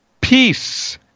peace